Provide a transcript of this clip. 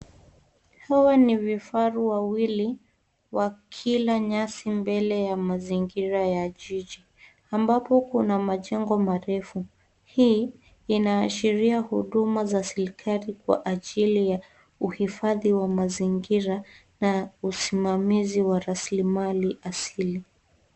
Hawa ni vifaru wawili wakila nyasi mbele ya mazingira ya jiji ambapo kuna majengo marefu . Hii inaashiria huduma za serikali kwa ajili ya uhifadhi wa mazingira na usimamizi wa rasilimali asili.